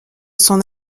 son